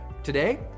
Today